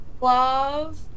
love